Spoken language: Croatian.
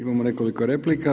Imamo nekoliko replika.